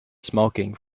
smoking